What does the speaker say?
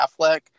Affleck